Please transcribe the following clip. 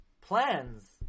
plans